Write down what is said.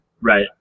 Right